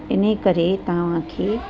इन करे तव्हांखे